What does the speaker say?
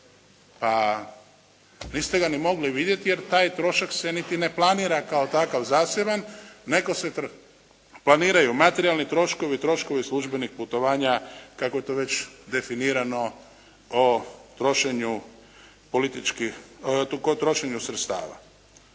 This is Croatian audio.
Pa, niste ga niti mogli vidjeti jer taj trošak se niti ne planira kao takav zaseban, nego se planiraju materijalni troškovi, troškovi službenih putovanja, kako je to već definirano o trošenju